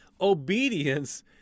Obedience